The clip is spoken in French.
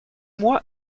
moi